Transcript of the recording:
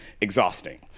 exhausting